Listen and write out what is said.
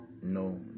no